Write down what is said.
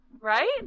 Right